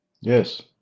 Yes